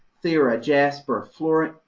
thera, jasper, floren.